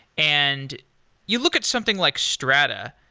and you look at something like strata.